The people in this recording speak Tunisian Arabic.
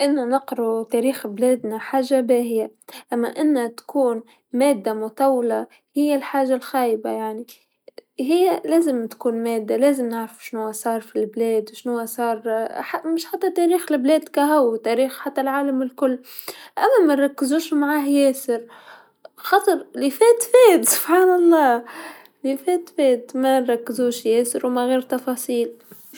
أنو نقراو تاريخ بلادنا حاجه باهيا، أما أن تكون ماده مطولا هي الحاجه الخايبا يعني، هي لازم تكون ماده لازم نعرفو شنوا صار في البلاد و شنوا صار مش حتى تاريخ البلاد كاهو، تاريخ حتى العالم الكل، أما منركزوش معاه ياسر خاطر لفات لفات سبحان الله، لفات فات منركزوش ياسر و ماغير تفاصيل.